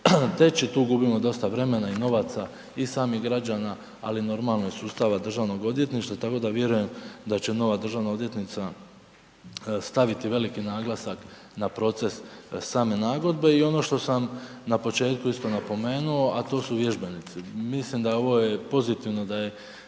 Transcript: teći, tu gubimo dosta vremena i novaca i samih građana ali normalno i sustava Državnog odvjetništva, tako da vjerujem da će nova državna odvjetnica staviti veliki naglasak na proces same nagodbe i ono što sam na početku isto napomenuo, a to su vježbenici. Mislim da ovo je pozitivno da je